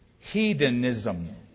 Hedonism